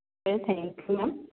thank you ma'am